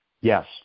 yes